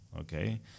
Okay